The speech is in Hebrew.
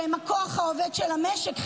שהם הכוח העובד של המשק,